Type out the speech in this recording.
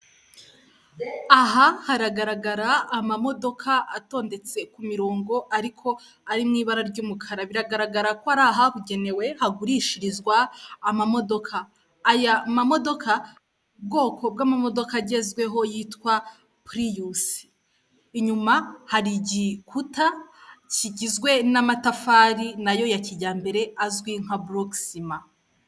Aha haragaragara amamodoka atondetse ku mirongo ariko ari mu ibara ry'umukara biragaragara ko ari ahabugenewe hagurishirizwa amamodoka, aya mamodoka ni ubwoko bw'amamodoka agezweho yitwa piriyusi inyuma hari igikuta kigizwe n'amatafari nayo ya kijyambere azwi nka buroke sima.